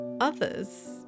Others